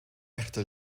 echte